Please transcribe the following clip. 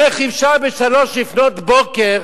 איך אפשר ב-03:00, לפנות בוקר,